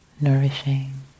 nourishing